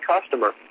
customer